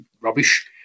rubbish